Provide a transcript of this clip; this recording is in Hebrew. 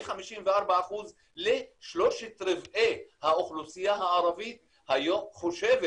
מ-54% לשלושת רבעי האוכלוסייה הערבית היום חושבת